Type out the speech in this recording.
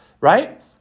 right